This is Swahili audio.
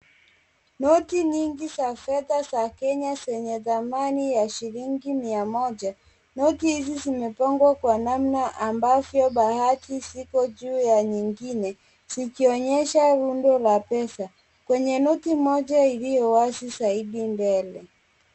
Noti nyingi za fedha za Kenya zenye thamani ya shilingi mia moja. Noti hizi zimepangwa kwa namna ambavyo baadhi ziko juu ya nyingine zikionyesha rundo la pesa, kwenye noti moja ilio wazi zaidi mbele.